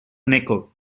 nickel